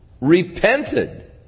repented